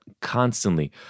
constantly